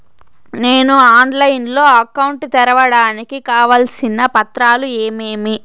నేను ఆన్లైన్ లో అకౌంట్ తెరవడానికి కావాల్సిన పత్రాలు ఏమేమి?